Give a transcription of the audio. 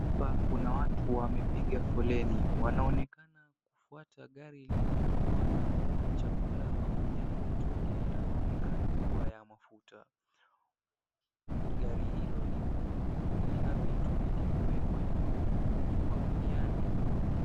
Hapa kuna watu wamepiga foleni, wanaonekana kufwata gari lililokuwa na chakula pamoja na mitungi inayoonekana kuwa ya mafuta, gari hilo lina vitu vilivyoekwa juu maguniani.